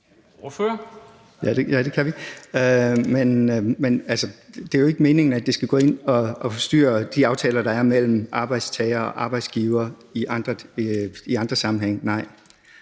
det er jo ikke meningen, at det skal gå ind og forstyrre de aftaler, der er mellem arbejdstagere og arbejdsgivere i andre sammenhænge, nej.